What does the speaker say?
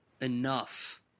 enough